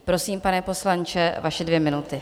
Prosím, pane poslanče, vaše dvě minuty.